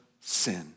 sin